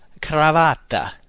cravatta